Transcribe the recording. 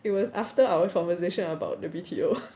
it was after our conversation about the B_T_O